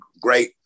great